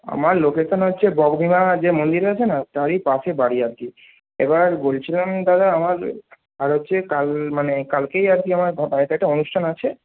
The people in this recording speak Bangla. আমার লোকেশান হচ্ছে বর্গভীমা যে মন্দির আছে না তারই পাশে বাড়ি আর কি এবার বলছিলাম দাদা আমার আর হচ্ছে কাল মানে কালকেই আর কি আমার বাড়িতে একটা অনুষ্ঠান আছে